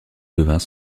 devint